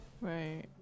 Right